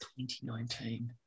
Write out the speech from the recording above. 2019